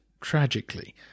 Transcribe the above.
tragically